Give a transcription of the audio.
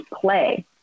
play